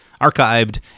archived